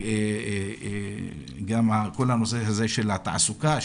כל הנושא של התעסוקה,